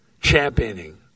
championing